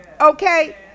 okay